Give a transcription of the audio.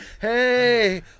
hey